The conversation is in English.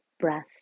breath